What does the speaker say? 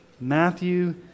Matthew